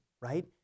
right